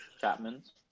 Chapman's